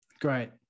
great